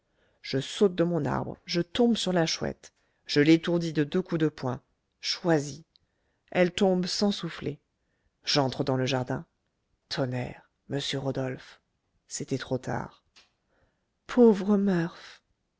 je saute de mon arbre je tombe sur la chouette je l'étourdis de deux coups de poing choisis elle tombe sans souffler j'entre dans le jardin tonnerre monsieur rodolphe c'était trop tard pauvre murph